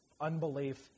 unbelief